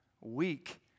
Weak